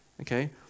Okay